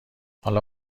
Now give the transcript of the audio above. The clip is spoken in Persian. حالا